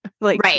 Right